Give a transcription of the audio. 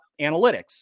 analytics